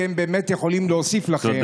כי הם באמת יכולים להוסיף לכם,